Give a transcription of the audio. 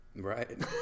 Right